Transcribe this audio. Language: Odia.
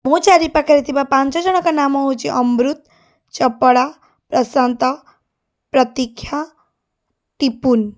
ମୋ ଚାରି ପାଖରେ ଥିବା ପାଞ୍ଚଜଣଙ୍କ ନାମ ହେଉଛି ଅମ୍ବରୁତ ଚପଳା ପ୍ରଶାନ୍ତ ପ୍ରତୀକ୍ଷା ଟିପୁନ